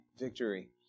victory